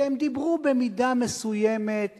שדיברו במידה מסוימת של,